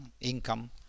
income